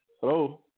Hello